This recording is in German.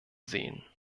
sehen